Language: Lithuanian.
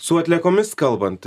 su atliekomis kalbant